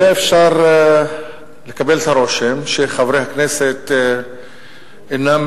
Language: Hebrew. היה אפשר לקבל את הרושם שחברי הכנסת אינם